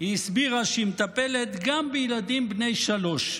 היא הסבירה שהיא מטפלת גם בילדים בני שלוש,